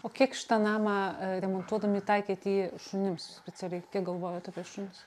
o kiek šitą namą remontuodami taikėt jį šunims specialiai kiek galvojot apie šunis